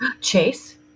Chase